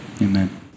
Amen